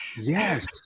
Yes